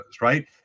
right